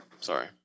Sorry